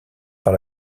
par